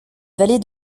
vallée